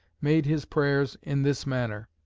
made his prayers in this manner.